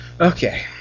Okay